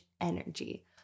energy